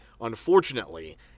Unfortunately